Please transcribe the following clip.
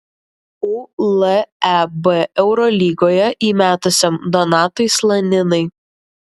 uleb eurolygoje įmetusiam donatui slaninai